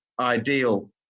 ideal